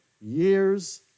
years